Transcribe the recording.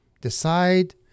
decide